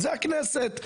זו הכנסת.